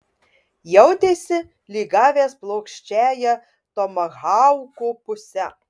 jautėsi lyg gavęs plokščiąja tomahauko puse